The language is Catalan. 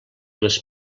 les